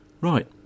Right